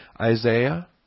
Isaiah